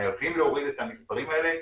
חייבים להוריד את המספרים האלה,